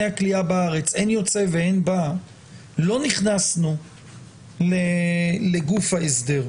הכליאה בארץ אין יוצא ואין בא לא נכנסנו לגוף ההסדר.